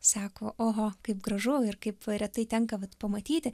sako oho kaip gražu ir kaip retai tenka vat pamatyti